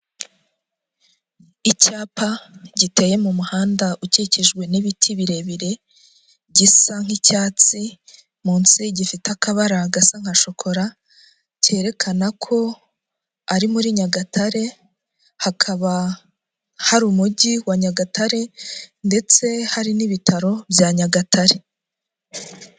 Icyapa giteye mu muhanda ukikijwe n'ibiti birebire gisa nk'icyatsi, munsi gifite akabara gasa nka shokora. Kerekana ko ari muri Nyagatare, hakaba hari umujyi wa Nyagatare ndetse hari n'ibitaro bya Nyagatare.